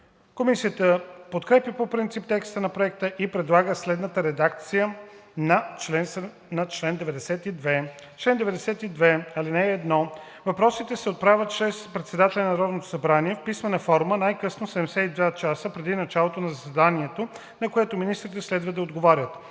Комисията подкрепя по принцип текста на Проекта и предлага следната редакция на чл. 92: „Чл. 92. (1) Въпросите се отправят чрез председателя на Народното събрание в писмена форма най-късно 72 часа преди началото на заседанието, на което министрите следва да отговорят.